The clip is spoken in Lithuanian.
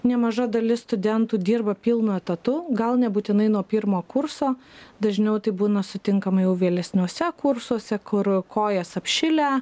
nemaža dalis studentų dirba pilnu etatu gal nebūtinai nuo pirmo kurso dažniau tai būna sutinkama jau vėlesniuose kursuose kur kojas apšilę